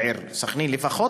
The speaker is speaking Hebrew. בעיר סח'נין לפחות,